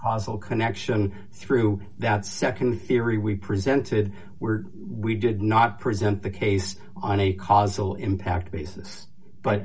oslo connection through that nd theory we presented were we did not present the case on a causal impact basis but